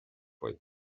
faoi